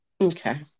Okay